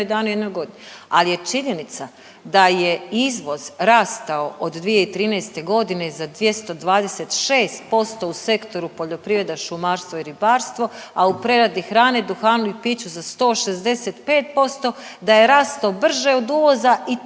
ali je činjenica da je izvoz rastao od 2013.g. za 226% u sektoru poljoprivrede šumarstvo i ribarstvo, a u preradi hrane, duhanu i piću za 165%, da je rasto brže od uvoza i to